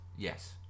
yes